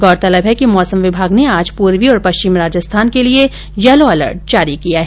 गौरतलब है कि मौसम विभाग ने आज पूर्वी और पश्चिमी राजस्थान के लिये येलो अलर्ट जारी किया है